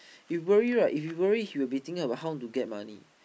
if he worry right if he worry he will be thinking about how to get money